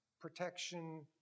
Protection